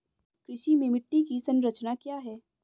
कृषि में मिट्टी की संरचना क्या है?